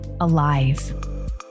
alive